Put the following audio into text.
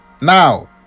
Now